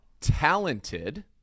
talented